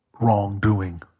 wrongdoing